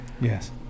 Yes